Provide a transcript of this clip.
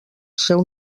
seu